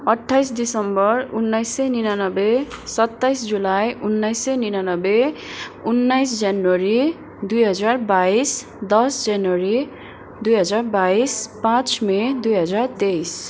अठ्ठाइस दिसम्बर उन्नाइस सय निनानब्बे सत्ताइस जुलाई उन्नाइस सय निनानब्बे उन्नाइस जनवरी दुई हजार बाइस दस जनवरी दुई हजार बाइस पाँच मे दुई हजार तेइस